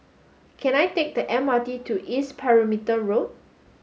can I take the M R T to East Perimeter Road